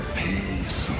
peace